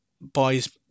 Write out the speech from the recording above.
boys